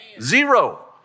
zero